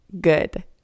good